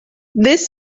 this